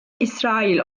i̇srail